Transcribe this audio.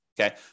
Okay